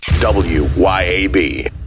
W-Y-A-B